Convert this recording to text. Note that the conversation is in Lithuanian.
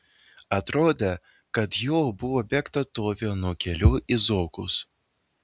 atrodė kad jo buvo bėgta tuo vienu keliu į zokus